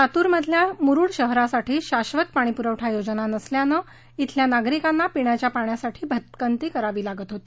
लातूर तालुक्यतल्या मुरुड शहरासाठी शाक्षत पाणी पुरवठा योजना नसल्याने शिल्या नागरीकांना पिण्याच्या पाण्यासाठी भटकंती करावी लागत होती